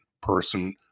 person